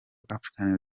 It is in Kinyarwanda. africa